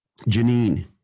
Janine